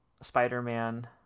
Spider-Man